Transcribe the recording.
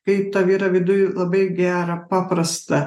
kai tau yra viduj labai gera paprasta